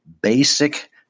basic